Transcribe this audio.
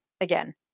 again